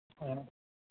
ओ